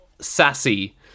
sassy